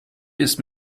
ist